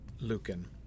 Lucan